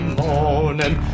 morning